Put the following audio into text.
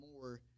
more